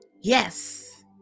Yes